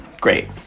great